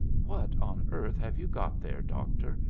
what on earth have you got there, doctor?